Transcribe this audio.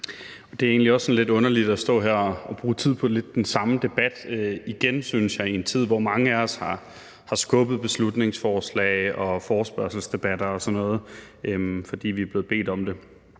det er lidt underligt at stå her og bruge tid på lidt den samme debat igen i en tid, hvor mange af os har skubbet beslutningsforslag og forespørgselsdebatter og sådan noget, fordi vi er blevet bedt om det